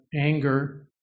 anger